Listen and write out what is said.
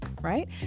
right